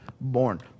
born